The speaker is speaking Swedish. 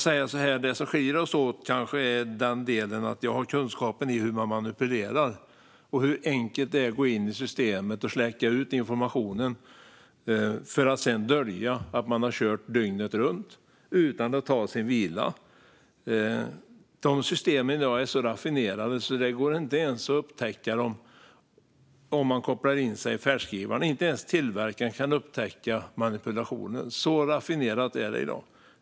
Men det som skiljer oss åt är kanske att jag har kunskapen om hur man manipulerar och hur enkelt det är att gå in i systemet och släcka ut information för att dölja att man har kört dygnet runt utan att ta sin vila. De systemen är i dag så raffinerade att det inte ens går att upptäcka dem om man kopplar in sig i färdskrivaren. Inte ens tillverkaren kan upptäcka manipulationen. Så raffinerat är det i dag.